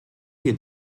wir